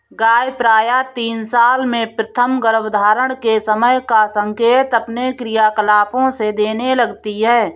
गाय प्रायः तीन साल में प्रथम गर्भधारण के समय का संकेत अपने क्रियाकलापों से देने लगती हैं